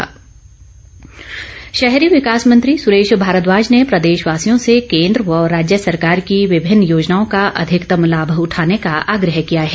सुरेश भारद्वाज शहरी विकास मंत्री सुरेश भारद्वाज ने प्रदेश वासियों से केन्द्र व राज्य सरकार की विभिन्न योजनाओं का अधिकतम लाभ उठाने का आग्रह किया है